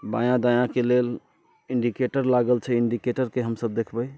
बायाँ दायाँके लेल इन्डिकेटर लागल छै इन्डिकेटरके हमसभ देखबै